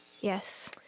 Yes